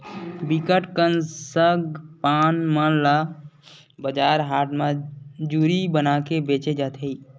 बिकट कन सग पान मन ल बजार हाट म जूरी बनाके बेंचे जाथे